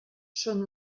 són